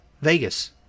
Vegas